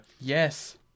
Yes